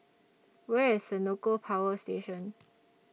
Where IS Senoko Power Station